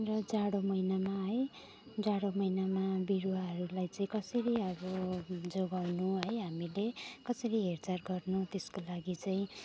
यो जाडो महिनामा है जाडो महिनामा बिरुवाहरूलाई चाहिँ कसरी अब जोगाउनु है हामीले कसरी हेरचार गर्नु त्यसको लागि चाहिँ